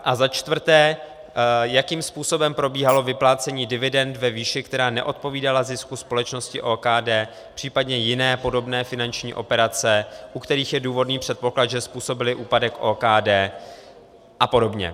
A za čtvrté jakým způsobem probíhalo vyplácení dividend ve výši, která neodpovídala zisku společnosti OKD, případně jiné podobné finanční operace, u kterých je důvodný předpoklad, že způsobily úpadek OKD a podobně.